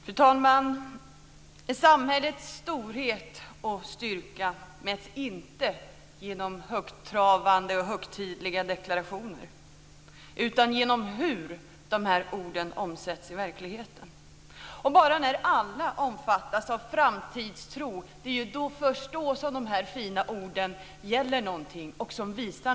Fru talman! Samhällets storhet och styrka mäts inte genom högtravande och högtidliga deklarationer utan genom hur orden omsätts i verkligheten. Det är först när alla omfattas av framtidstro som de fina orden visar något runtomkring oss.